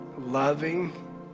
loving